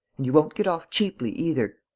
and you won't get off cheaply either.